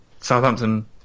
Southampton